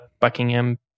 buckingham